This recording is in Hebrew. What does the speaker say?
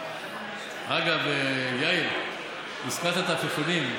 אגב, יאיר, הזכרת את העפיפונים.